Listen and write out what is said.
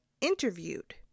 interviewed